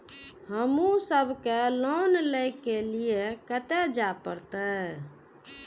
हमू सब के लोन ले के लीऐ कते जा परतें?